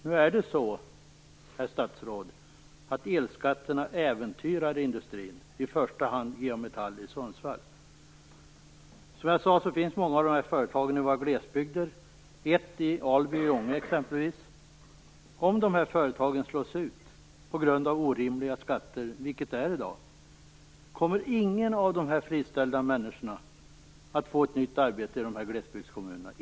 Nu är det så, herr statsråd, att elskatterna äventyrar industrin, i första hand G A Metall i Sundsvall. Många av de här företagen finns alltså i våra glesbygder. Ett finns exempelvis i Alby i Ånge. Om de här företagen slås ut på grund av orimliga skatter - och så är läget i dag - kommer ingen av de friställda människorna att få ett nytt arbete i sina glesbygdskommuner.